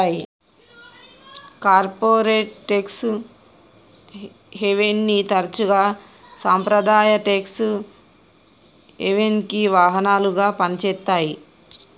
corporate tax హెవెన్ని తరచుగా సాంప్రదాయ ట్యేక్స్ హెవెన్కి వాహనాలుగా పనిచేత్తాయి